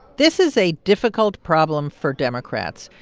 this is a difficult problem for democrats.